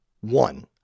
one